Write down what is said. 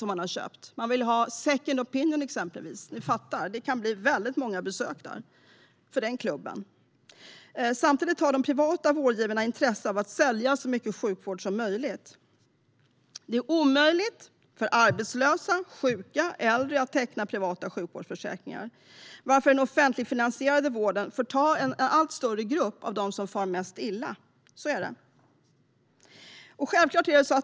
Man vill exempelvis ha en second opinion, så det kan bli väldigt många besök. Samtidigt har de privata vårdgivarna intresse av att sälja så mycket sjukvård som möjligt. Det är omöjligt för arbetslösa, sjuka och äldre att teckna privata sjukvårdsförsäkringar, varför den offentligfinansierade vården får ta hand om en allt större andel av dem som far mest illa, så är det.